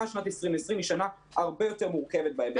שנת 2020 הרבה יותר מורכבת בהיבט הזה.